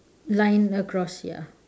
line across ya